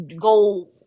go